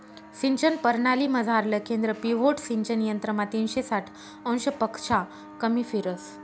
सिंचन परणालीमझारलं केंद्र पिव्होट सिंचन यंत्रमा तीनशे साठ अंशपक्शा कमी फिरस